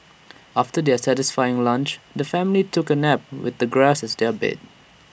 after their satisfying lunch the family took A nap with the grass as their bed